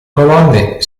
colonne